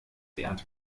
wert